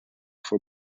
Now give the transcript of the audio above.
for